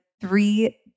three